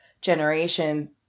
generation